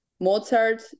Mozart